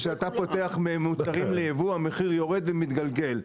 כשאתה פותח מוצרים ליבוא המחיר יורד ומתגלגל.